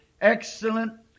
excellent